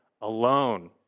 alone